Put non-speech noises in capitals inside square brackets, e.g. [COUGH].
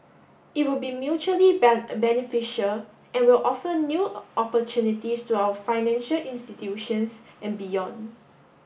it will be mutually [UNINTELLIGIBLE] [HESITATION] beneficial and will offer new opportunities to our financial institutions and beyond